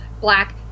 black